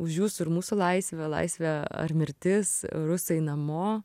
už jūsų ir mūsų laisvę laisvė ar mirtis rusai namo